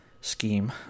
scheme